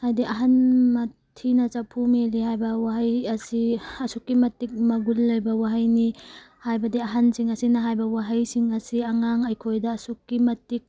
ꯍꯥꯏꯗꯤ ꯑꯍꯟ ꯃꯊꯤꯅ ꯆꯐꯨ ꯃꯦꯜꯂꯤ ꯍꯥꯏꯕ ꯋꯥꯍꯩ ꯑꯁꯤ ꯑꯁꯨꯛꯀꯤ ꯃꯇꯤꯛ ꯃꯒꯨꯟ ꯂꯩꯕ ꯋꯥꯍꯩꯅꯤ ꯍꯥꯏꯕꯗꯤ ꯑꯍꯟꯁꯤꯡ ꯑꯁꯤꯅ ꯍꯥꯏꯕ ꯋꯥꯍꯩꯁꯤꯡ ꯑꯁꯦ ꯑꯉꯥꯡ ꯑꯩꯈꯣꯏꯗ ꯑꯁꯨꯛꯀꯤ ꯃꯇꯤꯛ